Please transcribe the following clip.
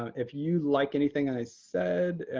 if you like anything i said,